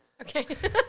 Okay